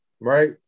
Right